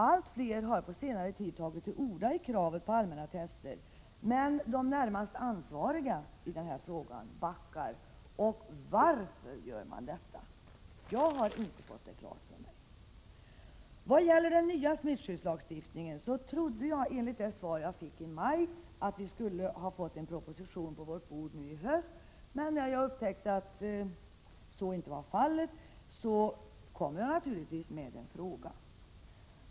Allt fler har på senare tid tagit till orda i kravet på allmänna tester, men de närmast ansvariga backar. Varför? Jag har inte fått det klart för mig. Vad gäller den nya smittskyddslagstiftningen trodde jag, efter det svar som jag fick i maj, att vi skulle få en proposition på riksdagens bord nu i höst. När jag nu upptäcker att så inte är fallet, kommer jag naturligtvis med en fråga.